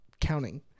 counting